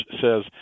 says